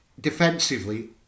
defensively